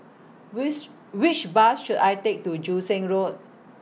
wish Which Bus should I Take to Joo Seng Road